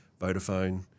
Vodafone